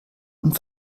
und